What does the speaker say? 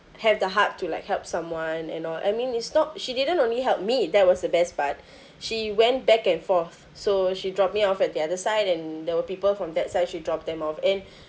have the heart to like help someone and all I mean it's not she didn't only helped me that was the best part she went back and forth so she dropped me off at the other side and there were people from that side she dropped them off and